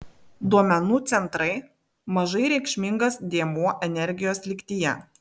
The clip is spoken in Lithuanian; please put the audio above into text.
duomenų centrai mažai reikšmingas dėmuo energijos lygtyje